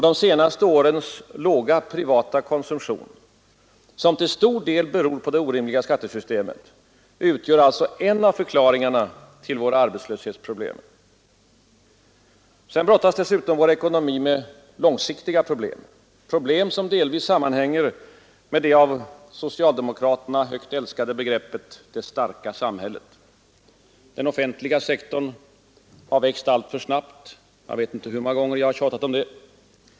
De senaste årens låga privata konsumtion — som till stor del beror på det orimliga skattesystemet — utgör alltså en av förklaringarna till våra arbetslöshetsproblem. Vår ekonomi brottas dessutom med långsiktiga problem, som delvis sammanhänger med det av socialdemokraterna högt älskade begreppet ”det starka samhället”. Den offentliga sektorn har växt alltför snabbt — jag vet inte hur många gånger jag har tjatat om det.